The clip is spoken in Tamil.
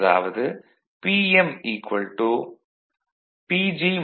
அதாவது Pm PG 3I22 r2